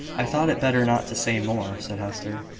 i thought it better not to say more, said hester,